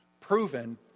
proven